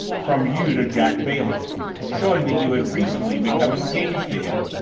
from you to jack bailey showing that you had recently become engaged to him.